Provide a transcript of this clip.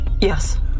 Yes